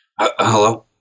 hello